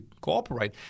cooperate